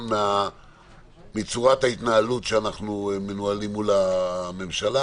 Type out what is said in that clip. מצורת ההתנהלות שאנחנו מנוהלים מול הממשלה.